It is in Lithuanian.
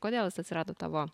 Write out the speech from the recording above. kodėl jis atsirado tavo